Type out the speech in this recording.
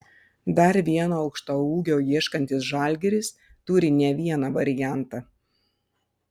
dar vieno aukštaūgio ieškantis žalgiris turi ne vieną variantą